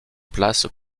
place